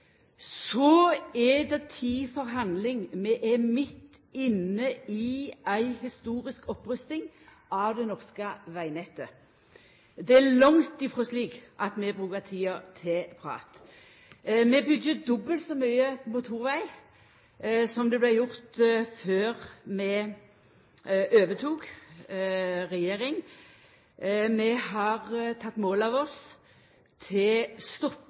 Så er det tid for handling. Vi er midt inne i ei historisk opprusting av det norske vegnettet. Det er langt ifrå slik at vi brukar tida til prat. Vi byggjer dobbelt så mykje motorveg som det vart gjort før vi overtok regjeringa. Vi har teke mål av oss til